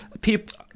People